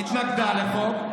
התנגדה לחוק,